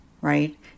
right